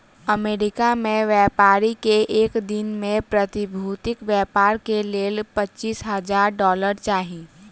America में व्यापारी के एक दिन में प्रतिभूतिक व्यापार के लेल पचीस हजार डॉलर चाही